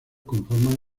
conforman